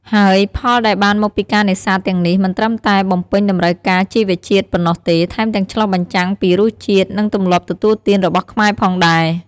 ហើយផលដែលបានមកពីការនេសាទទាំងនេះមិនត្រឹមតែបំពេញតម្រូវការជីវជាតិប៉ុណ្ណោះទេ ថែមទាំងឆ្លុះបញ្ចាំងពីរសជាតិ និងទម្លាប់ទទួលទានរបស់ខ្មែរផងដែរ។